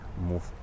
move